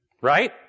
Right